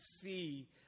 see